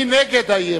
מי נגד האי-אמון?